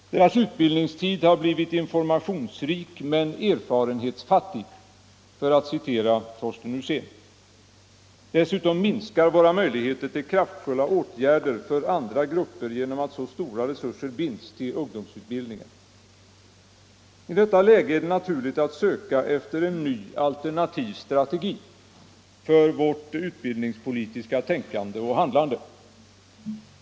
Deras utbildningstid har blivit informationsrik men erfarenhetsfattig, för att citera Torsten Husén. Dessutom minskar våra möjligheter till kraftfulla åtgärder för andra grupper genom att så stora resurser binds till ungdomsutbildningen. I detta läge är det naturligt att söka efter en ny, alternativ strategi för vårt utbildningspolitiska tänkande och handlande.